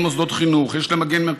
יש למגן מוסדות חינוך,